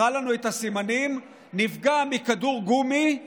הראה לנו את הסימנים, נפגע מכדור גומי.